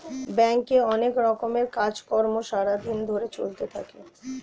ব্যাংকে অনেক রকমের কাজ কর্ম সারা দিন ধরে চলতে থাকে